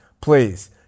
Please